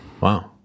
Wow